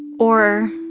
or,